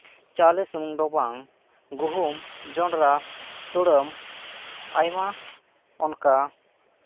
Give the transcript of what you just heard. ᱪᱟᱣᱞᱮ ᱥᱩᱢᱩᱱ ᱫᱚ ᱵᱟᱝ ᱜᱩᱦᱩᱢ ᱡᱚᱸᱰᱨᱟ ᱛᱩᱲᱟᱹᱢ ᱟᱭᱢᱟ ᱚᱱᱠᱟ